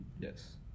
Yes